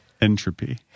Entropy